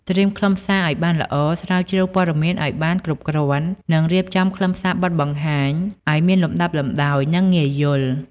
ត្រៀមខ្លឹមសារឱ្យបានល្អ ស្រាវជ្រាវព័ត៌មានឱ្យបានគ្រប់គ្រាន់ និងរៀបចំខ្លឹមសារបទបង្ហាញឱ្យមានលំដាប់លំដោយ និងងាយយល់។